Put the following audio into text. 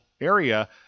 area